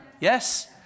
Yes